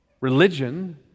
Religion